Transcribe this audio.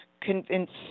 convinced